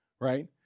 right